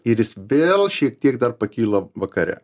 ir jis vėl šiek tiek dar pakyla vakare